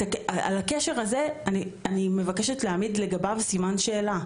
על הקשר הזה אני מבקשת להעמיד לגביו סימן שאלה.